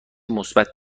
مثبت